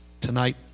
tonight